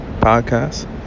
podcast